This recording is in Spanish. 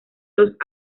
los